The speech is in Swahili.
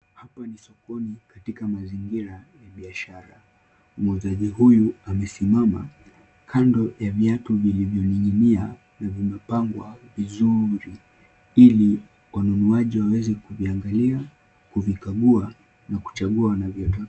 Hapa ni sokoni katika mazingira ya biashara, muuzaji huyu amesimama kando ya viatu vilivyoning'inia na vimepangwa vizuri ili wanunuaji waweze kuviangalia kuvikagua na kuchagua wanavyotaka.